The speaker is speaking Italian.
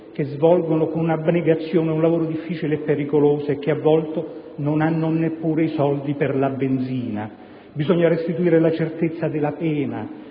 che svolgono con abnegazione un lavoro difficile e pericoloso e che a volte non hanno neppure i soldi per la benzina; bisogna restituire la certezza della pena